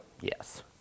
Yes